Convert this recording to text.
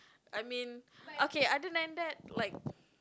I mean okay other than that like